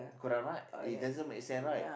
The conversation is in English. correct a not it doesn't make sense right